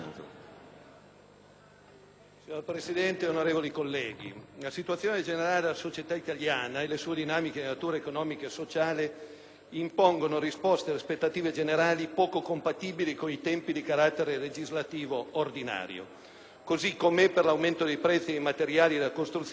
Signor Presidente, onorevoli colleghi, la situazione generale della societaitaliana e le sue dinamiche di natura economica e sociale impongono risposte alle aspettative generali poco compatibili con i tempi di carattere legislativo ordinario, cosı com’eper l’aumento dei prezzi dei materiali da costruzione e i carburanti.